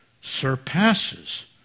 surpasses